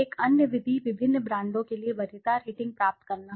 एक अन्य विधि विभिन्न ब्रांडों के लिए वरीयता रेटिंग प्राप्त करना है